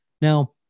Now